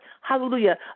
Hallelujah